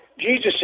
Jesus